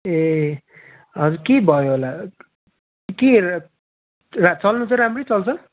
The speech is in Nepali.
ए हजुर के भयो होला के रा चल्नु चाहिँ राम्रै चल्छ